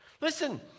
Listen